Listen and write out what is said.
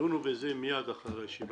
תדונו בזה מיד אחרי הישיבה.